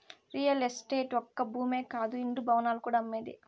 real estate ఒక్క భూమే కాదు ఇండ్లు, భవనాలు కూడా అమ్మేదే